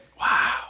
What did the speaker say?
Wow